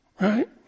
Right